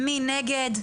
מי נגד?